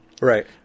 right